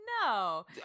No